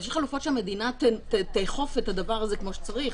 יש חלופות שהמדינה תאכוף את הדבר הזה כמו שצריך.